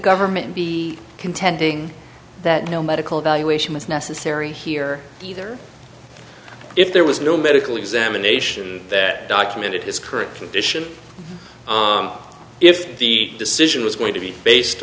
government be contending that no medical evaluation was necessary here either if there was no medical examination that documented his current condition if the decision was going to be based